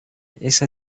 esa